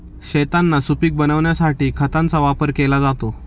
शेतांना सुपीक बनविण्यासाठी खतांचा वापर केला जातो